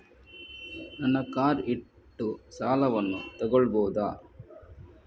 ನನ್ನ ಕಾರ್ ಇಟ್ಟು ಸಾಲವನ್ನು ತಗೋಳ್ಬಹುದಾ?